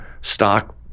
stock